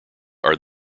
are